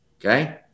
Okay